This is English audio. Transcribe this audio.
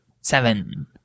Seven